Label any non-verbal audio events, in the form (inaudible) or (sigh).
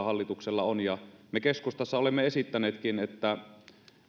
(unintelligible) hallituksella on me keskustassa olemme esittäneetkin